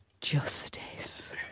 Justice